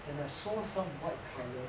and I saw some white colour